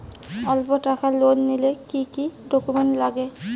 অল্প টাকার লোন নিলে কি কি ডকুমেন্ট লাগে?